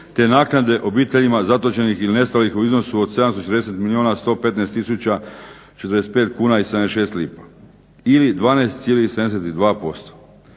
te naknade obiteljima zatočenih ili nestalih u iznosu od 740 milijuna 115 tisuća 45 kuna i 76 lipa ili 12,72%.